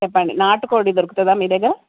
చెప్పండి నాటు కోడి దొరకుతుందా మీదగ్గర